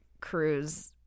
cruise